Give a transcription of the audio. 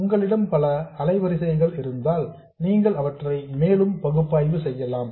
உங்களிடம் பல அலைவரிசைகள் இருந்தால் நீங்கள் அவற்றை மேலும் பகுப்பாய்வு செய்யலாம்